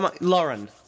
Lauren